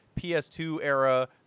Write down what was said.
PS2-era